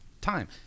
Time